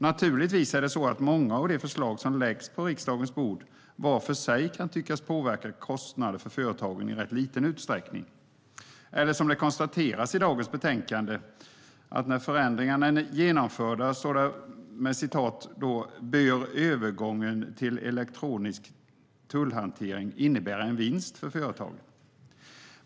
Naturligtvis är det så att många av de förslag som läggs på riksdagens bord vart för sig kan tyckas påverka företagens kostnader i rätt liten utsträckning, eller som konstateras i dagens betänkande: När förändringarna är genomförda bör övergången till en elektronisk tullhantering innebära en vinst för företagen.